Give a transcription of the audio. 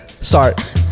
start